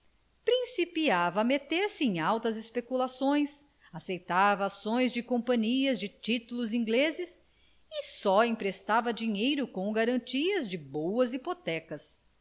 principiava a meter-se em altas especulações aceitava ações de companhias de títulos ingleses e só emprestava dinheiro com garantias de boas hipotecas o